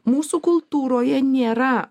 mūsų kultūroje nėra